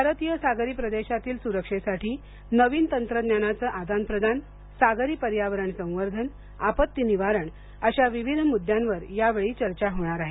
भारतीय सागरी प्रदेशातील सुरक्षेसाठी नवीन तंत्रज्ञानाचं आदान प्रदान सागरी पर्यावरण संवर्धन आपत्ती निवारण अशा विविध मुद्द्यावर या वेळी चर्चा होणार आहे